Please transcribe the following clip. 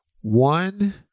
One